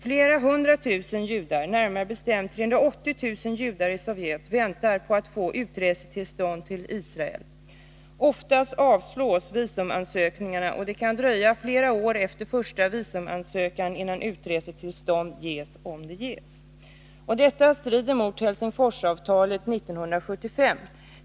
Flera hundra tusen — närmare bestämt 380 000 — judar i Sovjet väntar på att få utresetillstånd till Israel. Oftast avslås visumansökningarna, och det kan dröja flera år efter första visumansökan innan utresetillstånd ges — om det ges. Detta strider mot Helsingforsavtalet 1975.